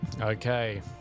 okay